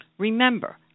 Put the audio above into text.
Remember